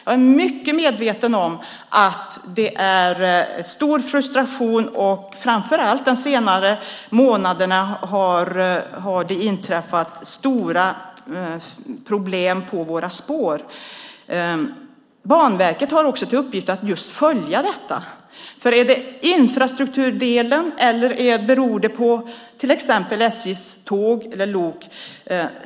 Jag är mycket medveten om att det finns stor frustration, och framför allt de senare månaderna har det inträffat stora problem på våra spår. Banverket har också till uppgift att just följa detta. Är det infrastrukturdelen, eller beror det på SJ:s tåg med lok?